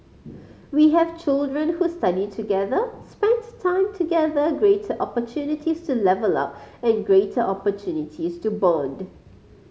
we have children who study together spent time together greater opportunities to level up and greater opportunities to bond